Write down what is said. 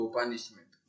punishment